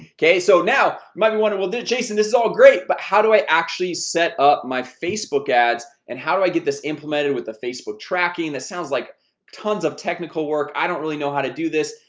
okay so now might wonder well did jason this is all great but how do i actually set up my facebook ads and how do i get this implemented with the facebook tracking? that sounds like tons of technical work. i don't really know how to do this.